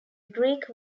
greek